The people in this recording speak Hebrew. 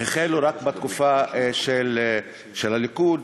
החלו רק בתקופה של הליכוד,